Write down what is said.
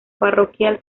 parroquial